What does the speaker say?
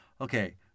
okay